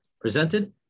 presented